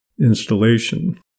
installation